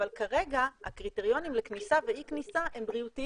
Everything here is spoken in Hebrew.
אבל כרגע הקריטריונים לכניסה ואי-כניסה הם בריאותיים.